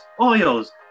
oils